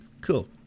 Cool